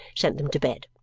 sent them to bed.